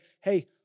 hey